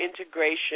integration